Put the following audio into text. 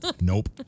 Nope